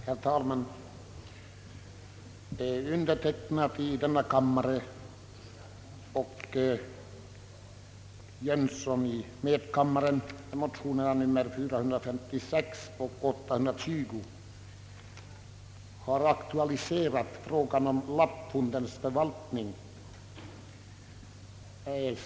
Herr talman! Jag har tillsammans med herr Jönsson i Ingemarsgården i medkammaren m, fl. väckt motionerna I: 456 och II: 820, vilka aktualiserat frågan om lappfondens förvaltning.